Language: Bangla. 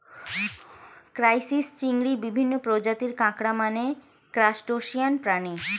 ক্রাইসিস, চিংড়ি, বিভিন্ন প্রজাতির কাঁকড়া মানে ক্রাসটেসিয়ান প্রাণী